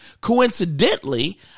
coincidentally